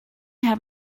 have